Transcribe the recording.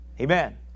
Amen